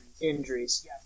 injuries